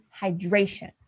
hydration